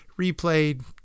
Replayed